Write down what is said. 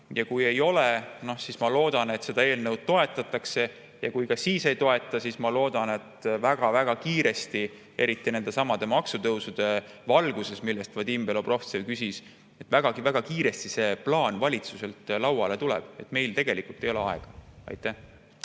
Ja kui ei ole, siis ma loodan, et seda eelnõu toetatakse. Ja kui ikkagi ei toetata, siis ma loodan, et väga-väga kiiresti, eriti nendesamade maksutõusude valguses, millest Vadim Belobrovtsev rääkis, vägagi kiiresti see plaan valitsuselt meie lauale tuleb. Meil tegelikult ei ole aega. Aitäh,